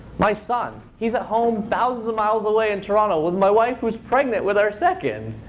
my son. he's at home, thousands of miles away in toronto with my wife who's pregnant with our second.